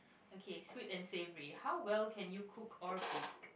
okay sweet and savoury how well can you cook or bake